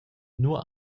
nua